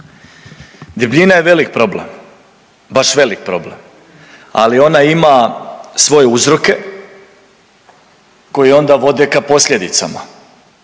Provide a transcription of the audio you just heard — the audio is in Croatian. Debljina je velik problem, baš velik problem, ali ona ima svoje uzroke koji onda vode ka posljedicama.